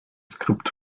skript